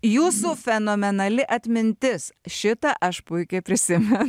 jūsų fenomenali atmintis šitą aš puikiai prisimenu